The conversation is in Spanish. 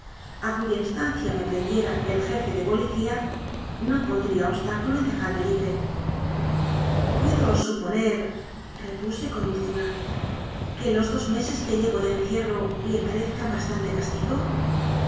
a cuya instancia me prendiera el jefe de policía no pondría obstáculo en dejarme libre puedo suponerrepuse con dulzuraque los dos meses que llevo de encierro le parezcan bastante castigo